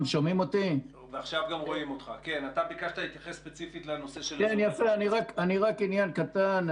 אתה ביקשת להתייחס ספציפית לנושא של --- רק עניין קטן,